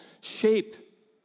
shape